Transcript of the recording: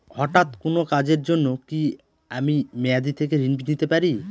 হঠাৎ কোন কাজের জন্য কি আমি মেয়াদী থেকে ঋণ নিতে পারি?